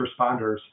responders